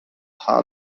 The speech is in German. haar